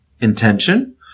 intention